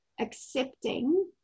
accepting